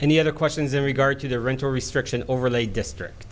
the other questions in regard to the rental restriction overlay district